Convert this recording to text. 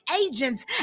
agents